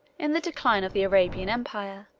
in the decline of the arabian empire,